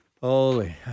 Holy